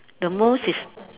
the most is